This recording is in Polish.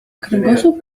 kręgosłup